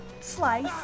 slice